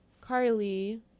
carly